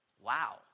wow